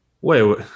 Wait